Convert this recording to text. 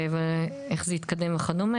ואיך זה יתקדם וכדומה.